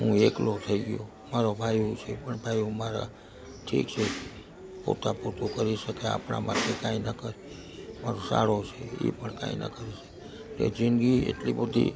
હું એકલો થઈ ગયો મારો ભાઈ છે પણ ભાઈઓ મારા ઠીક છે પોતા પૂરતું કરી શકે આપણા માટે કાંઇ ના કરે પણ મારો સાળો સે એ પણ કાંઇ ના કરી શકે જિંદગી એટલી બધી